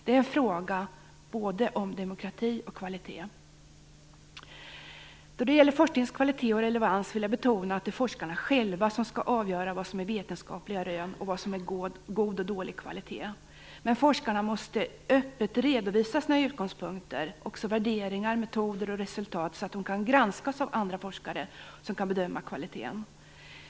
Det är en fråga om både demokrati och kvalitet. Då det gäller forskningens kvalitet och relevans vill jag betona att det är forskarna själva som skall avgöra vad som är vetenskapliga rön och vad som är god och dålig kvalitet. Men forskarna måste öppet redovisa sina utgångspunkter, värderingar, metoder och resultat så att de kan granskas av andra forskare som kan bedöma kvaliteten.